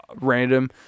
random